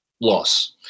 loss